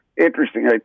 Interesting